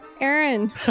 Aaron